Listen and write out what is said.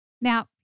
Now